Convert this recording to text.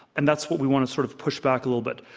and that's what we want to sort of push back a little bit.